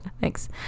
Thanks